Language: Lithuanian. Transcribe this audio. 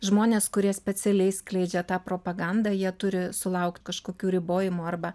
žmonės kurie specialiai skleidžia tą propagandą jie turi sulaukt kažkokių ribojimų arba